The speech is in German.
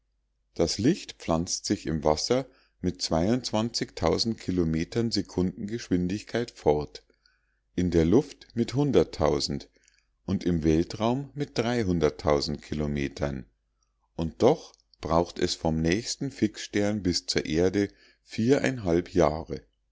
das licht pflanzt sich im wasser mit kilometern sekundengeschwindigkeit fort in der luft mit und im weltraum mit kilometern und doch braucht es vom nächsten fixstern bis zur erde jahre